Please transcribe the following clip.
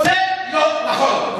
זה לא נכון.